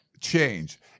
change